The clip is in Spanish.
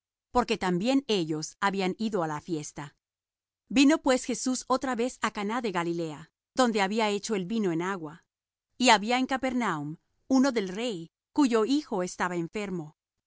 porque también ellos habían ido á la fiesta vino pues jesús otra vez á caná de galilea donde había hecho el vino del agua y había en capernaum uno del rey cuyo hijo estaba enfermo